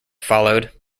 followed